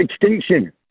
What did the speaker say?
extinction